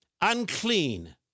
unclean